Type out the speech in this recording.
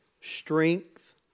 strength